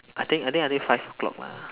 I think I think until five o'clock lah